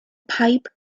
pipe